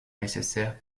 nécessaire